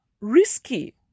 risky